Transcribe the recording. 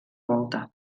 volta